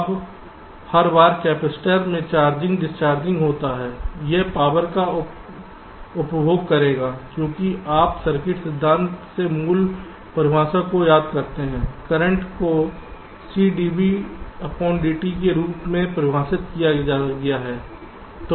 अब हर बार कपैसिटर में चार्जिंग डिस्चार्जिंग होता है यह पावर का उपभोग करेगा क्योंकि आप सर्किट सिद्धांत से मूल परिभाषा को याद करते हैं करंट को C dVdt के रूप में परिभाषित किया गया है